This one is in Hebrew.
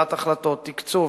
קבלת החלטות, תקצוב,